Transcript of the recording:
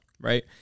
right